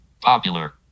Popular